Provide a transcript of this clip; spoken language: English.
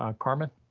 ah carmen.